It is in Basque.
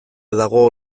dago